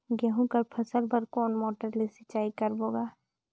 गहूं कर फसल बर कोन मोटर ले सिंचाई करबो गा?